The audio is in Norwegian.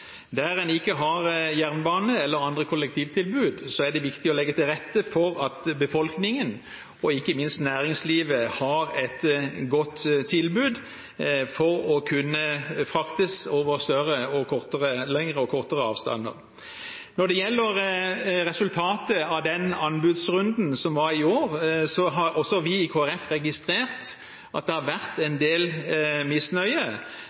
Der en ikke har jernbane eller andre kollektivtilbud, er det viktig å legge til rette for at befolkningen og ikke minst næringslivet har et godt tilbud for å kunne fraktes over lengre og kortere avstander. Når det gjelder resultatet fra anbudsrunden som var i år, har også vi i Kristelig Folkeparti registrert at det har vært en del misnøye